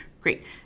great